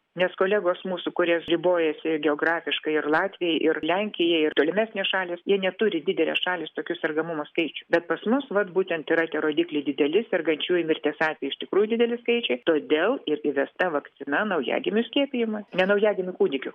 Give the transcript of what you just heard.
nes kolegos mūsų kurie ribojasi geografiškai ir latviai ir lenkija ir tolimesnės šalys jie neturi didelės šalys tokių sergamumo skaičių bet pas mus vat būtent yra tie rodikliai dideli sergančiųjų mirties atvejai iš tikrųjų dideli skaičiai todėl ir įvesta vakcina naujagimių skiepijimas ne naujagimių kūdikių